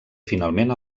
finalment